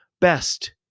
Best